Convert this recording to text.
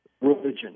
religion